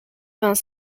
vingts